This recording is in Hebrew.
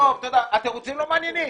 התירוצים לא מעניינים.